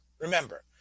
Remember